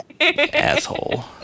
Asshole